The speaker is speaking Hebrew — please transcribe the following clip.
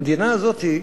המדינה הזאת,